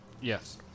Yes